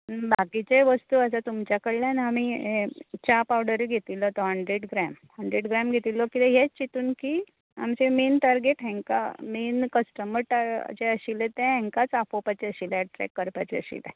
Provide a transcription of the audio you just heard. बाकीचे वस्तू आतां तुमच्या कडल्यान आमी ये च्या पावडर घेतिल्लो तो हंड्रेड ग्राम हड्रेड ग्राम घेतिल्लो कितें हेंच चितून की आमचे मेन टार्गेट हांकां मेन कस्टमर जे आशिल्ले ते हांकांच आपोवपाचे आशिल्ले एजेक्ट करपाक आशिल्ले